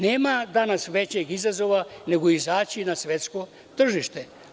Nema danas većeg izazova nego izaći na svetsko tržište.